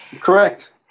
Correct